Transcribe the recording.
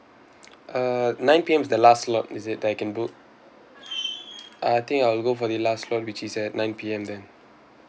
uh nine P_M is the last slot is it that I can book I think I'll go for the last one which is at nine P_M then